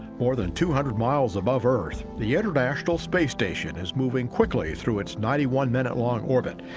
more than two hundred miles above earth, the international space station is moving quickly through its ninety one minute long orbit,